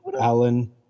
Alan